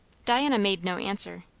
diana made no answer.